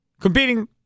competing